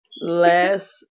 Last